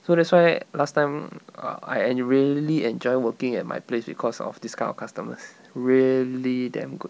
so that's why last time err I really enjoy working at my place because of this kind of customers really damn good